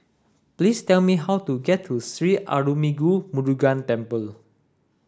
please tell me how to get to Sri Arulmigu Murugan Temple